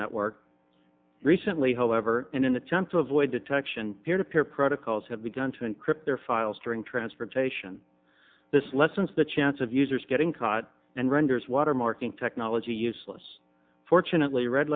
network recently however in an attempt to avoid detection peer to peer protocols have begun to encrypt their files during transportation this lessens the chance of users getting caught and renders watermarking technology useless fortunately red